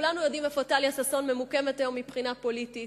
כולנו יודעים איפה טליה ששון ממוקמת היום מבחינה פוליטית.